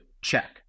Check